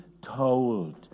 told